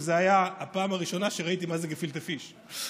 וזו הייתה הפעם הראשונה שראיתי מה זה גפילטע פיש,